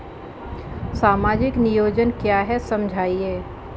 सामाजिक नियोजन क्या है समझाइए?